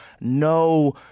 no